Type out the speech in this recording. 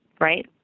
Right